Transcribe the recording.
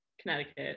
Connecticut